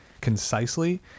concisely